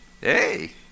Hey